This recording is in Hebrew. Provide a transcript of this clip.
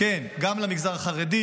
כן, גם למגזר החרדי,